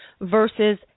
versus